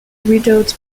widowed